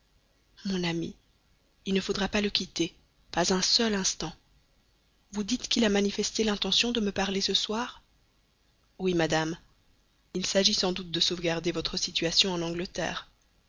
mon ami il ne faudra pas le quitter pas un seul instant vous dites qu'il a manifesté l'intention de me parler ce soir oui madame il s'agit sans doute de sauvegarder votre situation en angleterre